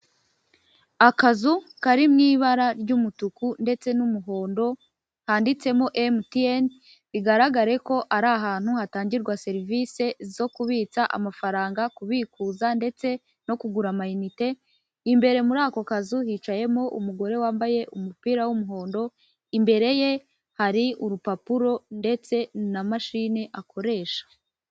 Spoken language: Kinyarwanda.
Akazu kari mu ibara ry'umutuku ndetse n'umuhondo, kanditsemo Emutiyeni, bigaragare ko ari ahantu hatangirwa serivisi zo kubitsa amafaranga, kubikuza ndetse no kugura amayinite, imbere muri ako kazu hicayemo umugore wambaye umupira w'umuhondo, imbere ye hari urupapuro ndetse na mashine akoresha.